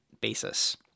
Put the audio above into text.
basis